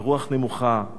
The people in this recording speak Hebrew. ורוח נמוכה,